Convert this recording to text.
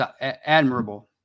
admirable